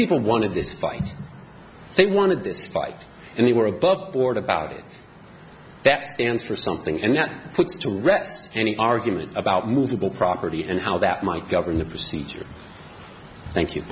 people wanted this fight they wanted this fight and they were above board about it that stands for something and that puts to rest any argument about movable property and how that might govern the procedure thank you